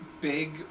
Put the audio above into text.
big